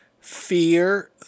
fear